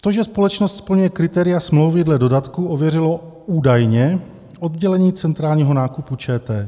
To, že společnost splňuje kritéria smlouvy dle dodatku ověřilo údajně oddělení centrálního nákupu ČT.